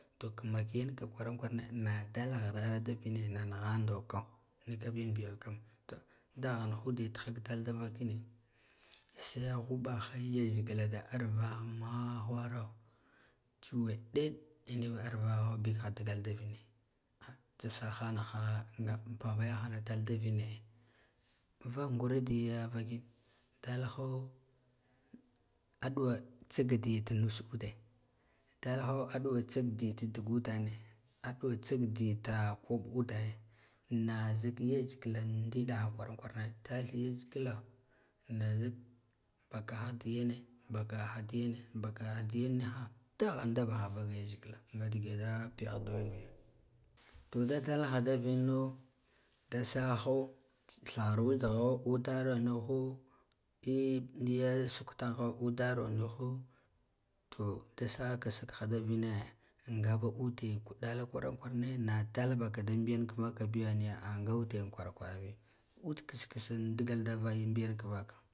To kamaki yinka kwarane na dal ghirar da vine na nighan do ko nika bn biya kam to dagahn ha uda tiha ka dal davakine se ghubahe yazgila da arva mawharo tsuwe ɗed ina nava arvagho bikha digal da vine ah tsa sahanaha baba yahana dalda vine vakng ina diya vavin dalho a ɗuwa tsiga diye ta vus ude dalho a ɗuwa tsig di ta dig udane aduwa tsik dita koɓo udane na zik yozgil an ndidaha kwaran kwara daɗu yizgila na bakaha diyena bakaha diyena kabaha diyan niha daghan da baha baf yar gila nga dige da piyah duwen biya to ɗi dalha da vino da saho ɗhahar utig ho eh niya sutataho udaro nigho to dasi ka sin ha da vina ngaba ude kuɗala kio aran kwarane na dal ɓalka da mbeyen va ka niya a nga bude kwarakwara bi ud kiz kizzing ndigal vai mbigan ka vaka.